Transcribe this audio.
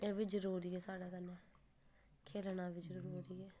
एह् बी जरूरी ऐ साढ़े कन्नै खे'ल्लना बी जरूरी ऐ